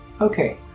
Okay